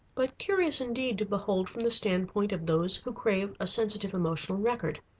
but curious indeed to behold from the standpoint of those who crave a sensitive emotional record.